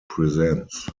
presents